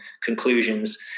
conclusions